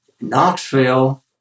Knoxville